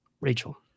Rachel